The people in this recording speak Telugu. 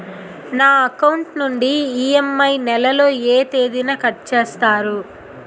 నా అకౌంట్ నుండి ఇ.ఎం.ఐ నెల లో ఏ తేదీన కట్ చేస్తారు?